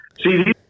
See